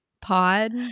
pod